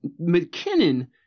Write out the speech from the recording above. McKinnon